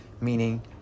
Meaning